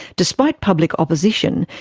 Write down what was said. despite public opposition,